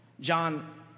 John